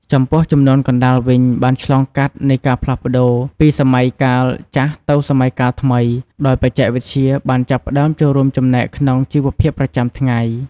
ចំពោះជំនាន់កណ្តាលវិញបានឆ្លងកាត់នៃការផ្លាស់ប្ដូរពីសម័យកាលចាស់ទៅសម័យកាលថ្មី ដោយបច្ចេកវិទ្យាបានចាប់ផ្ដើមចូលរួមចំណែកក្នុងជីវភាពប្រចាំថ្ងៃ។